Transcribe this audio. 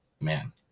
Man